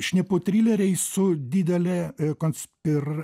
šnipu trileriai su didele konspir